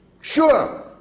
sure